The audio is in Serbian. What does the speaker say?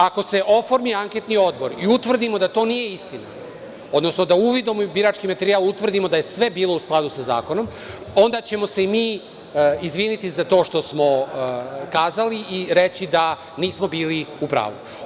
Ako se oformi anketni odbor i utvrdimo da to nije istina, odnosno da uvidom u birački materijal utvrdimo da je sve bilo u skladu sa zakonom, onda ćemo se mi izviniti za to što smo kazali i reći da nismo bili u pravu.